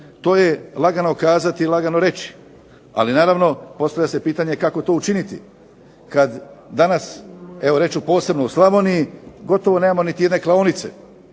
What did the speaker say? To je lagano kazati i lagano reći, ali naravno postavlja se pitanje kako to učiniti kada danas posebno u Slavoniji gotovo nemamo niti jedne klaonice.